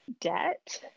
debt